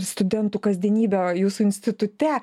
studentų kasdienybę jūsų institute